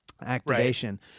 activation